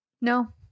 No